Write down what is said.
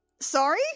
Sorry